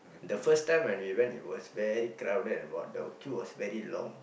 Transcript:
the first time when we went it was very crowded and but the queue was very long